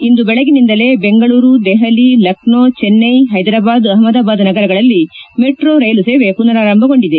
ಇಂದು ಬೆಳಗಿನಿಂದಲೇ ಬೆಂಗಳೂರು ದೆಹಲಿ ಲಕ್ನೋ ಚೆನ್ಟೈ ಹೈದರಾಬಾದ್ ಅಹಮದಾಬಾದ್ ನಗರಗಳಲ್ಲಿ metro rail ಸೇವೆ ಪುನರಾರಂಭಗೊಂಡಿದೆ